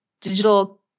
digital